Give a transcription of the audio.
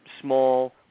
small